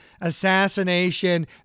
assassination